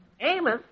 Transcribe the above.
Amos